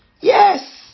Yes